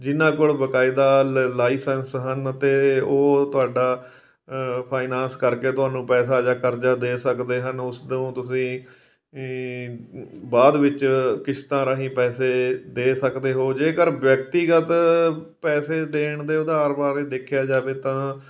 ਜਿੰਨਾਂ ਕੋਲ ਬਕਾਇਦਾ ਲ਼ ਲਾਈਸੈਂਸ ਹਨ ਅਤੇ ਉਹ ਤੁਹਾਡਾ ਫਾਈਨਾਂਸ ਕਰਕੇ ਤੁਹਾਨੂੰ ਪੈਸਾ ਜਾਂ ਕਰਜ਼ਾ ਦੇ ਸਕਦੇ ਹਨ ਉਸ ਤੋਂ ਤੁਸੀਂ ਬਾਅਦ ਵਿੱਚ ਕਿਸ਼ਤਾਂ ਰਾਹੀਂ ਪੈਸੇ ਦੇ ਸਕਦੇ ਹੋ ਜੇਕਰ ਵਿਅਕਤੀਗਤ ਪੈਸੇ ਦੇਣ ਦੇ ਉਧਾਰ ਬਾਰੇ ਦੇਖਿਆ ਜਾਵੇ ਤਾਂ